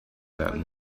that